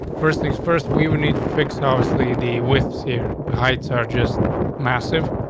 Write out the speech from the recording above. first things first we will need to fix. obviously the withs here the heights are just massive.